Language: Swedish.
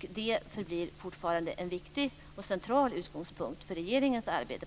Det förblir en viktig och central utgångspunkt för regeringens arbete.